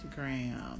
Instagram